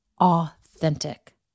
authentic